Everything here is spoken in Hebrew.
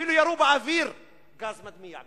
אפילו ירו באוויר גז מדמיע.